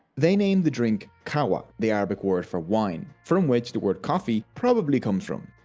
they named the drink qahwa the arabic word for wine, from which the word coffee probably comes from.